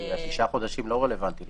השישה חודשים לא רלוונטיים לו.